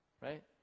right